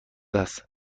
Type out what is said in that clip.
است